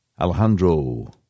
Alejandro